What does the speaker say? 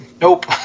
nope